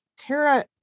Tara